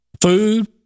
food